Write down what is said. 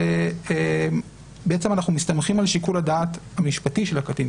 בעצם אנחנו מסתמכים על שיקול הדעת המשפטי של הקטין,